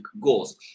goals